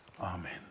Amen